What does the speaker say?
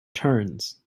turns